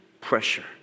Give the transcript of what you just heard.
pressure